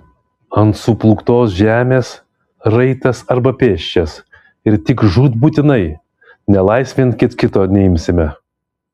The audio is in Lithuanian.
ant suplūktos žemės raitas arba pėsčias ir tik žūtbūtinai nelaisvėn kits kito neimsime